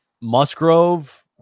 Musgrove